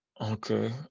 okay